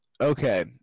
okay